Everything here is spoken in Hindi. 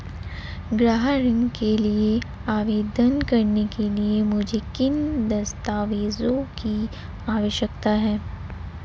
गृह ऋण के लिए आवेदन करने के लिए मुझे किन दस्तावेज़ों की आवश्यकता है?